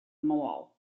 mall